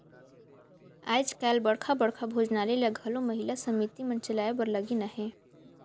आएज काएल बड़खा बड़खा भोजनालय ल घलो महिला समिति मन चलाए बर लगिन अहें